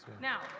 Now